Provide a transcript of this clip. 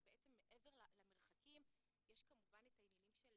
שבעצם מעבר למרחקים יש כמובן את העניינים של